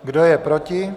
Kdo je proti?